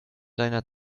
deiner